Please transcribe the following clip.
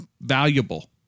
valuable